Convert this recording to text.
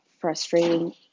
frustrating